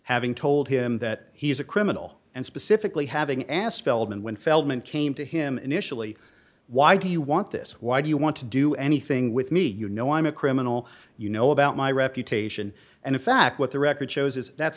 having told him that he is a criminal and specifically having asked feldman when feldman came to him initially why do you want this why do you want to do anything with me you know i'm a criminal you know about my reputation and in fact what the record shows is that's